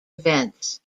events